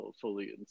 fully